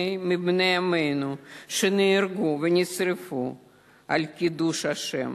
מיליוני בני עמנו שנהרגו ונשרפו על קידוש השם